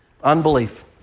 Unbelief